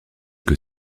que